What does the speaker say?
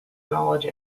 knowledge